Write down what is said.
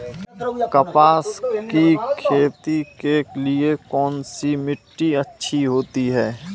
कपास की खेती के लिए कौन सी मिट्टी अच्छी होती है?